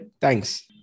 Thanks